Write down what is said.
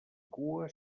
cua